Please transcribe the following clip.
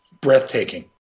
breathtaking